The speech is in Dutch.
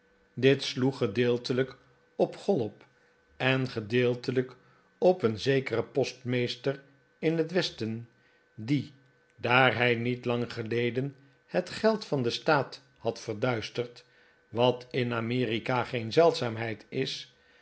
dit sloeg gedeeltelijk op chollop en gedeeltelijk op een zekeren postmeester in het west en die daar hij niet lang geleden het geld van den staat had verduisterd wat in amerika geen zeldzaamheid is